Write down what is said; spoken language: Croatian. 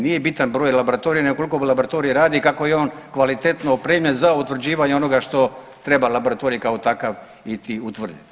Nije bitan broj laboratorija nego koliko laboratorij radi i kako je on kvalitetno opremljen za utvrđivanje onoga što treba laboratorij kao takav i ti utvrditi.